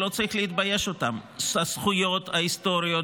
שלא צריך להתבייש בהן: הזכויות ההיסטוריות